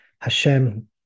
Hashem